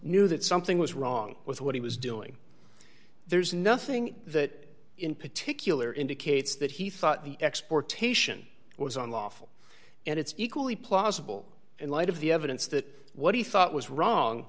knew that something was wrong with what he was doing there's nothing that in particular indicates that he thought the exportation was unlawful and it's equally plausible in light of the evidence that what he thought was wrong